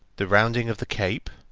the rounding of the cape,